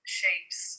shapes